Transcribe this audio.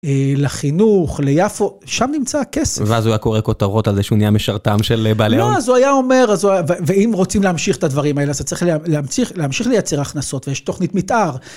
לחינוך, ליפו, שם נמצא הכסף. ואז הוא היה קורא כותרות על איזה שהוא נהיה משרתם של בעלי ההון. לא, אז הוא היה אומר, ואם רוצים להמשיך את הדברים האלה, אז צריך להמשיך לייצר הכנסות ויש תוכנית מתאר.